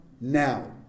now